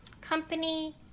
company